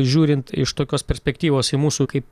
žiūrint iš tokios perspektyvos į mūsų kaip